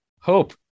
Hope